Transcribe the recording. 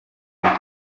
rupfu